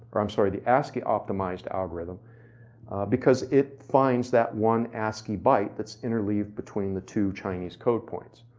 i'm sorry the ascii optimized algorithm because it finds that one ascii byte that's interleaved between the two chinese code points.